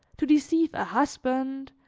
to deceive a husband,